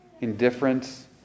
indifference